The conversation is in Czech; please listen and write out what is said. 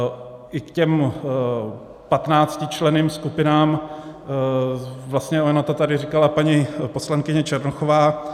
I k těm 15členným skupinám vlastně to tady říkala paní poslankyně Černochová.